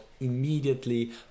immediately